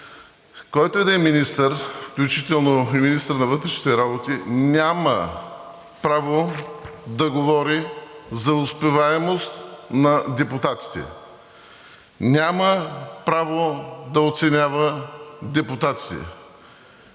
който и да е министър, включително и министър на вътрешните работи, няма право да говори за успеваемост на депутатите, няма право да оценява депутатите.